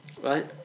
Right